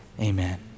Amen